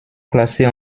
classées